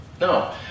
No